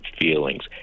feelings